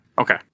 Okay